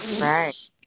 Right